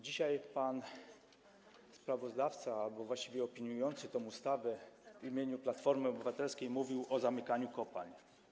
Dzisiaj pan sprawozdawca... a właściwie opiniujący tę ustawę w imieniu Platformy Obywatelskiej mówił o zamykaniu kopalń.